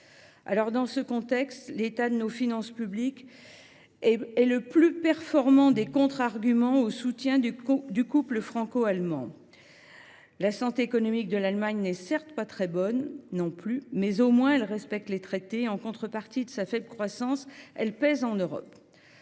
an. Dans ce contexte, l’état de nos finances publiques est le plus performant des contre arguments au soutien du couple franco allemand. Certes, la santé économique de l’Allemagne n’est pas très bonne non plus, mais au moins elle respecte les traités et, malgré sa faible croissance, elle pèse en Europe.